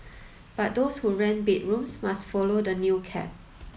but those who rent bedrooms must follow the new cap